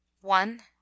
one